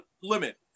limit